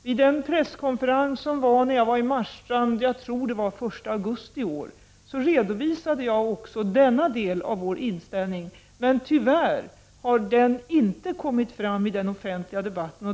Vid den presskonferens som hölls när jag var i Marstrand, jag tror det var den 1 augusti i år, redovisade jag också denna del av vår inställning. Men tyvärr har den inte kommit fram i den offentliga debatten.